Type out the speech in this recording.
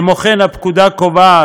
כמו כן, הפקודה קובעת